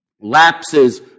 lapses